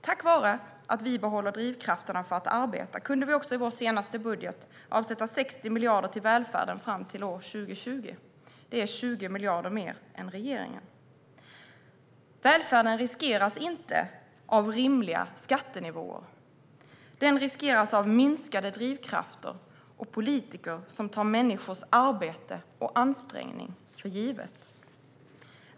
Tack vare att vi behåller drivkrafterna för att arbeta kunde vi också i vår senaste budget avsätta 60 miljarder till välfärden fram till år 2020. Det är 20 miljarder mer än regeringen. Välfärden riskeras inte av rimliga skattenivåer. Den riskeras av minskade drivkrafter och politiker som tar människors arbete och ansträngning för givna.